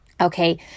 okay